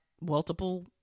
multiple